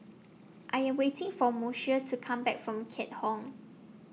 I Am waiting For Moshe to Come Back from Keat Hong